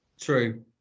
true